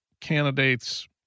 candidates